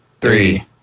three